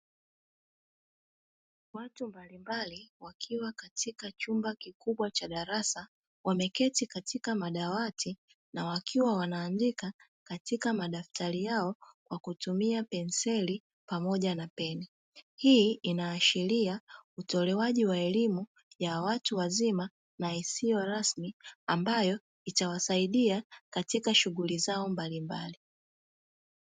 Watu mbalimbali wakiwa katika chumba kikubwa cha darasa wameketi katika madawati na wakiwa wanaandika katika madaftari yao kwa kutumia penseli pamoja na peni. Hii inaashiria utolewaji wa elimu ya watu wazima na isiyo rasmi na ambayo itawasaidia katika shughuli zao mbalimbali.